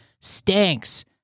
stinks